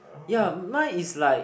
ya mine is like